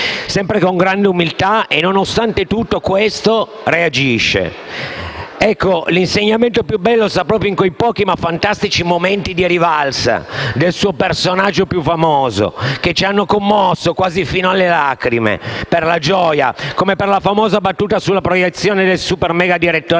apre una nuova finestra") **(ore 13,09)** (Segue AIROLA). L'insegnamento più bello sta proprio in quei pochi ma fantastici momenti di rivalsa del suo personaggio più famoso, che ci hanno commosso quasi fino alle lacrime per la gioia, come per la famosa battuta alla proiezione del *super* megadirettore